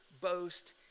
boast